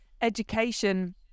education